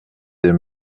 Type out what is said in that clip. des